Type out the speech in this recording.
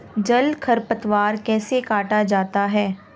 जल खरपतवार कैसे काटा जाता है?